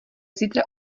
zítra